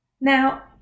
now